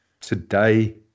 Today